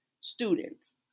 students